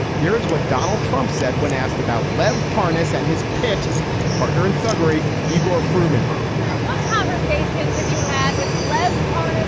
here is what donald trump said when asked about leav parness and his pit partner and thuggery igor furhman yeah conversation you had with lev,